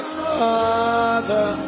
father